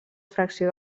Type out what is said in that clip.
fracció